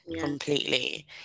completely